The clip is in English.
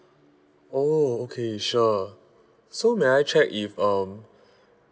oh okay sure so may I check if um